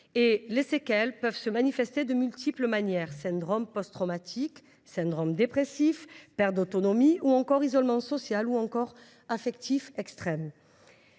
Les séquelles peuvent se manifester de multiples manières : syndrome post traumatique, syndrome dépressif, perte d’autonomie, ou encore isolement social ou affectif extrême.